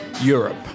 Europe